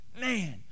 Man